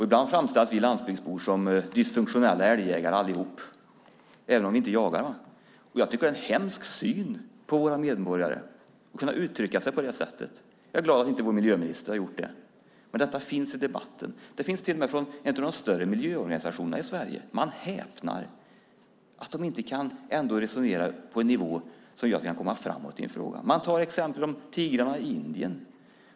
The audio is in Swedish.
Ibland framställs vi landsbygdsbor som dysfunktionella älgjägare allihop, även om vi inte jagar. Jag tycker att det är en hemsk syn på våra medborgare att man kan uttrycka sig på det sättet. Jag är glad att inte vår miljöminister har gjort det. Men det finns i debatten. Det finns till och med från en av de större miljöorganisationerna i Sverige. Man häpnar över att de inte kan resonera på en nivå som gör att vi kan komma framåt i frågan. Man tar fram exempel med tigrarna i Indien.